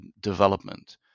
development